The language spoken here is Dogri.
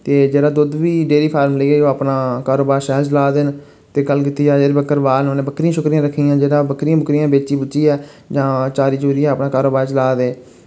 ते जेह्ड़ा दुद्ध बी डेरी फार्म लेइयै अपना कारोबार शैल चला दे न ते गल्ल कीती जा जेह्ड़े बक्करवाल न उ'नै बकरियां शक्करियां रक्खी दियां जेह्ड़ा बकरियां बुक्करियां बेची बूचियै जां चारी चूरियै अपना कारोबार चला दे